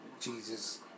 Jesus